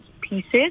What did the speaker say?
pieces